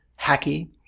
hacky